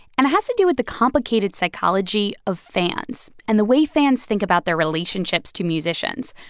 and it has to do with the complicated psychology of fans and the way fans think about their relationships to musicians.